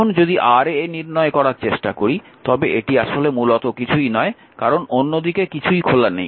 এখন যদি Ra নির্ণয় করার চেষ্টা করি তবে এটি আসলে মূলত কিছুই নয় কারণ অন্য দিকে কিছুই খোলা নেই